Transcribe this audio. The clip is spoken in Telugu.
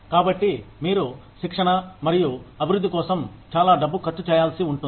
కాబట్టి మీరు శిక్షణ మరియు అభివృద్ధి కోసం చాలా డబ్బు ఖర్చు చేయాల్సి ఉంటుంది